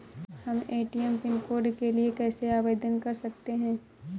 हम ATM pin code के लिए कैसे आवेदन कर सकते हैं?